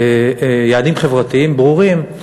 יעדים חברתיים ברורים,